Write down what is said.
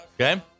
Okay